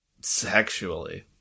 Sexually